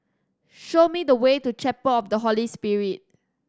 show me the way to Chapel of the Holy Spirit